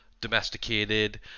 domesticated